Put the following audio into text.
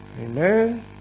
Amen